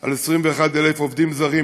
על 21,000 עובדים זרים.